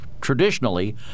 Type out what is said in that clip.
traditionally